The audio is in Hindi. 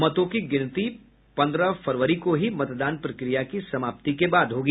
मतों की गिनती पन्द्रह फरवरी को ही मतदान प्रक्रिया की समाप्ति के बाद होगी